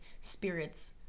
spirits